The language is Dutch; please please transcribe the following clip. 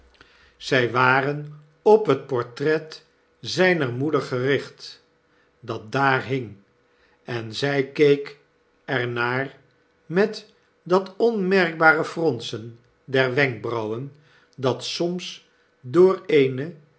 zij waren op het portret zyner moeder gericht dat daar hing en zij keek er naar met dat onmerkbare fronsen der wenkbrauwen dat soms door eene